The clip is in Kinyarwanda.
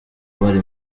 bari